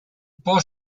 può